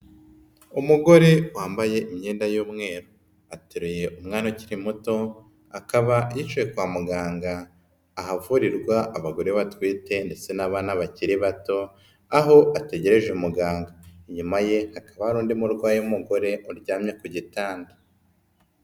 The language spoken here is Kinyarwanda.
Umugore wambaye imyenda y'umweru. Ateruye umwana ukiri muto, akaba yicaye kwa muganga, ahavurirwa abagore batwite ndetse n'abana bakiri bato, aho ategereje umuganga. Inyuma ye hakaba hari undi murwayi w'umugore uryamye ku gitanda.